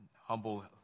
humble